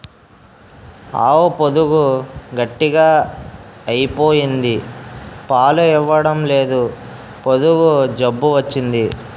ఆవు పొదుగు గట్టిగ అయిపోయింది పాలు ఇవ్వడంలేదు పొదుగు జబ్బు వచ్చింది